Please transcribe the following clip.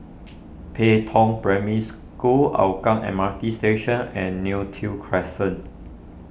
Pei Tong Primary School Hougang M R T Station and Neo Tiew Crescent